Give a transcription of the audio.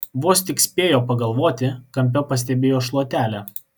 vos tik spėjo pagalvoti kampe pastebėjo šluotelę